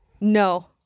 No